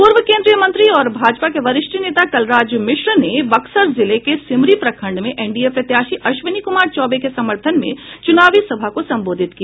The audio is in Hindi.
पूर्व केन्द्रीय मंत्री और भाजपा के वरिष्ठ नेता कलराज मिश्र ने बक्सर जिले के सिमरी प्रखंड में एनडीए प्रत्याशी अश्विनी कुमार चौबे के समर्थन में चुनावी सभा को संबोधित किया